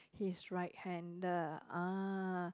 he's right hander uh